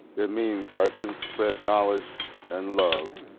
it means i can spread knowledge and love.